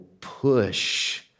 push